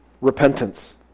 repentance